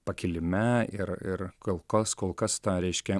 pakilime ir ir kol kas kol kas ta reiškia